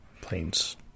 planes